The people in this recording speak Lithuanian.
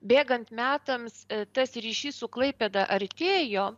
bėgant metams tas ryšys su klaipėda artėjo